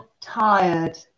tired